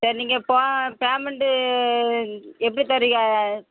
சரி நீங்கள் பேமெண்ட்டு எப்படி தர்றீங்க